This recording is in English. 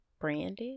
branded